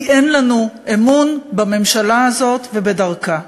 אנחנו באופוזיציה כי אין לנו אמון בממשלה הזאת ובדרכה.